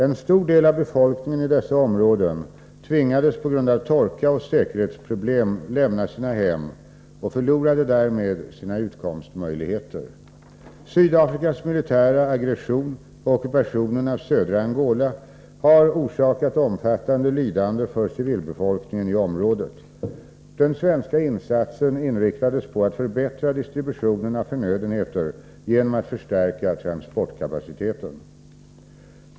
En stor del av befolkningen i dessa områden tvingades på grund av torka och säkerhetsproblem lämna sina hem och förlorade därmed sina utkomstmöjligheter. Sydafrikas militära aggression och ockupation av södra Angola har orsakat omfattande lidande för civilbefolkningen i området. Den svenska insatsen inriktades på att förbättra distributionen av förnödenheter genom att förstärka transportkapaciteten.